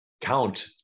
count